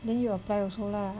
then you apply also lah